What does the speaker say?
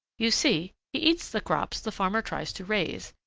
you see he eats the crops the farmer tries to raise,